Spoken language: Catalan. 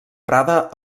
prada